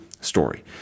story